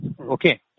okay